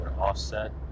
offset